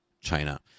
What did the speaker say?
China